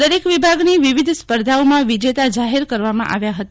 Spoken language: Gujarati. દરેક વિભાગની વિવિધ સ્પર્ધાઓમાં વિજેતા જાહેર કરવામાં આવ્યા હતા